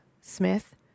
Smith